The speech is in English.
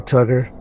Tugger